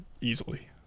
easily